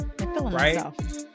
right